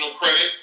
credit